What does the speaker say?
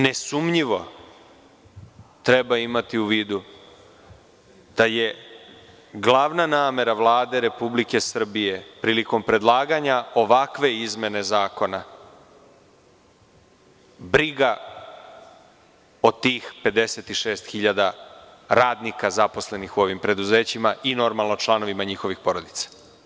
Nesumnjivo treba imati u vidu da je glavna namera Vlade Republike Srbije, prilikom predlaganja ovakve izmene zakona, briga o tih 56.000 radnika zaposlenih u ovim preduzećima i, normalno, članovima njihovih porodica.